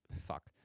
fuck